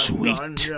Sweet